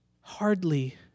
Hardly